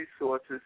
resources